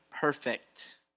perfect